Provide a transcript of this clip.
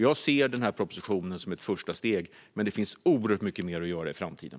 Jag ser denna proposition som ett första steg, men det finns oerhört mycket mer att göra i framtiden.